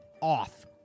off